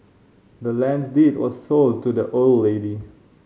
the land's deed was sold to the old lady